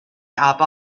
aber